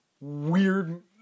weird